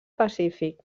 pacífic